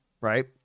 right